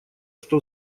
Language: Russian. что